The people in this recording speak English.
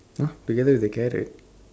!huh! together with the carrot